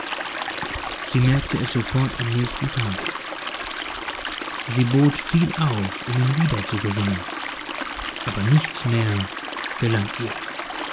sie merkte es sofort am nächsten tage sie bot viel auf um ihn wieder zu gewinnen aber nichts mehr gelang ihr